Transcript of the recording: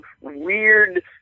weird